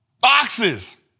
Boxes